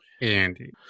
Andy